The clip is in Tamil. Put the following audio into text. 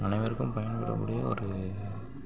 அனைவருக்கும் பயன்படக்கூடிய ஒரு